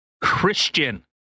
Christian